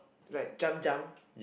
like jump jump